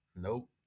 nope